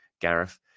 Gareth